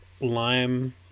lime